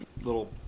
little